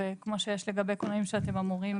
כמו שיש לגבי פעמים שאתם אמורים לבדוק.